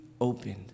opened